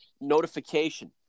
notification